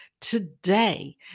today